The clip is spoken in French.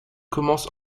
commence